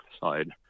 side